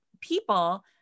people